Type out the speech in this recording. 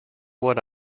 what